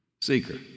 seeker